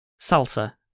Salsa